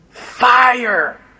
fire